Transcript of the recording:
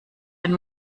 ein